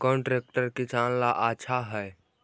कौन ट्रैक्टर किसान ला आछा है?